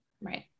Right